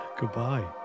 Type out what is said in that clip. Goodbye